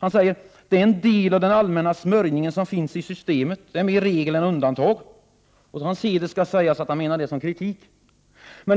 som säger: ”Det är en del av den allmänna smörjningen som finns i systemet. Det är mer regel än undantag.” Till hans heder skall sägas att han menade detta som kritik.